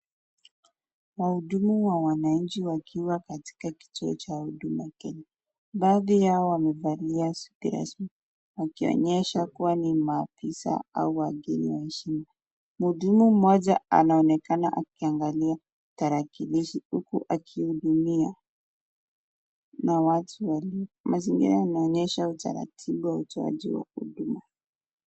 Mahudumu wa wananchi wakiwa katika kituo cha huduma Kenya. Baadhi yao wamevalia suti rasmi wakionyesha kuwa ni maafisa au wageni wa heshima. Mhudumu mmoja anaonekana akiangalia tarakilishi huku akihudumia na watu walio mazingira yanaonyesha utaratibu wa utoaji wa huduma.